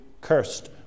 cursed